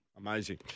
Amazing